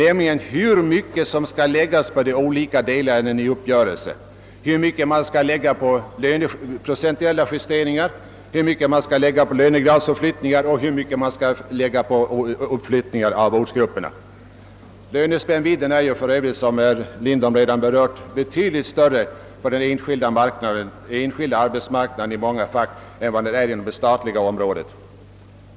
Det är parterna som skall bestämma hur mycket man vid uppgörelsen skall lägga på procentuella lönejusteringar, hur mycket man skall lägga på lönegradsuppflyttningar och hur mycket man skall lägga på uppflyttningar av ortsgrupper. Lönespännvidden är ju för övrigt, som herr Lindholm redan berört, i många fall betydligt större på den enskilda arbetsmarknaden än den är inom det statliga området.